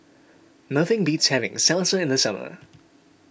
nothing beats having Salsa in the summer